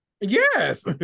Yes